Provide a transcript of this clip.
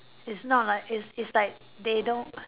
it's not like it's it's like they don't